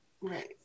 Right